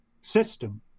system